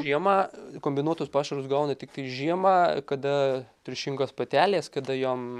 žiemą kombinuotus pašarus gauna tiktai žiemą kada triušingos patelės kada jom